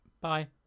Bye